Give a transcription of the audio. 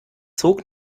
zog